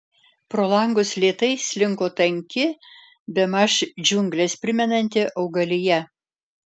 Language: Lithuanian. pro langus lėtai slinko tanki bemaž džiungles primenanti augalija